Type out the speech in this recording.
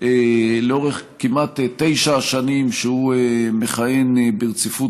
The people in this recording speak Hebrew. לאורך כמעט תשע השנים שהוא מכהן ברציפות